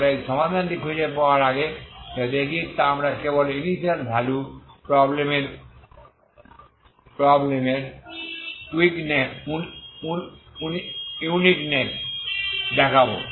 আমরা এই সমাধানটি খুঁজে পাওয়ার আগে যা দেখি তা আমরা কেবল ইনিশিয়াল ভ্যালু প্রব্লেম এর উনিকনেস দেখাব